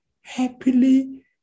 happily